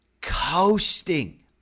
coasting